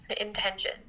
intention